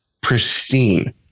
pristine